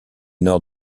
nord